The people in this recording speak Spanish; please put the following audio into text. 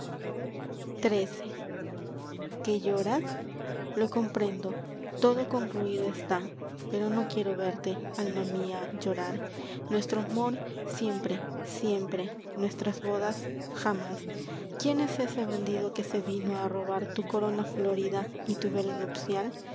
xiii ué lloras lo comprendo todo concluido está pero alma no quiero verte mía llorar nuestro amor siempre siempre jamás nuestras bodas quién que se tu es ese bandido vino á robar florida corona y tu velo nupcial